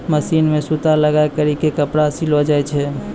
machine मे सूता लगाय करी के कपड़ा सिलो जाय छै